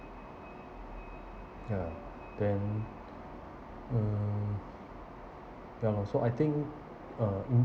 ya then mm then also I think uh